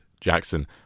Jackson